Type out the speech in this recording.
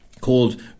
called